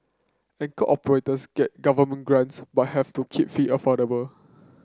anchor operators get government grants but have to keep fee affordable